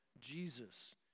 Jesus